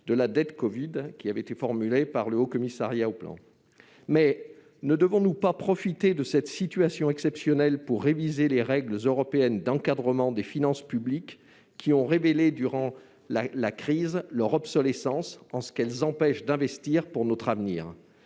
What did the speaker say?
de la dette covid, suggestion formulée par le Haut-Commissaire au plan. Mais ne devons-nous pas profiter de cette situation exceptionnelle pour réviser les règles européennes d'encadrement des finances publiques, qui ont révélé durant la crise leur obsolescence dans la mesure où elles empêchent d'investir pour notre avenir ?